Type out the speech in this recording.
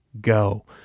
go